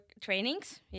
trainings